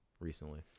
recently